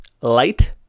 light